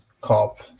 cop